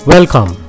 Welcome